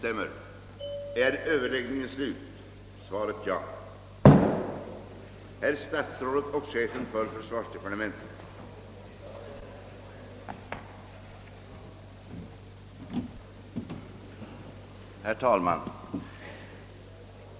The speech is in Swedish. Herr talman!